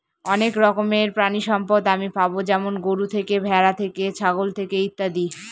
অনেক রকমের প্রানীসম্পদ আমি পাবো যেমন গরু থেকে, ভ্যাড়া থেকে, ছাগল থেকে ইত্যাদি